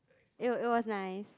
it it was nice